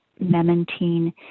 memantine